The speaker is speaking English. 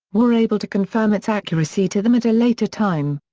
were able to confirm its accuracy to them at a later time.